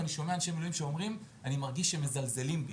אני שומע אנשי מילואים שאומרים: אני מרגיש שמזלזלים בי.